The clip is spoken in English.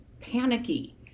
panicky